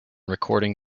recording